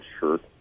shirt